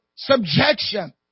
Subjection